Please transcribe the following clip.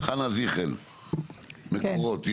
חנה זיכל, מקורות.